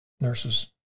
nurses